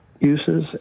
uses